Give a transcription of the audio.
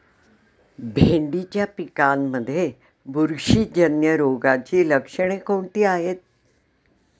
भेंडीच्या पिकांमध्ये बुरशीजन्य रोगाची लक्षणे कोणती आहेत?